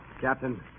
Captain